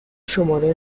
شماره